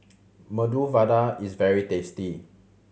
Medu Vada is very tasty